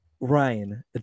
ryan